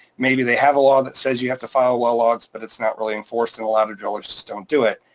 maybe they have a law that says you have to file well logs, but it's not really enforced, and a lot of drillers just don't do it,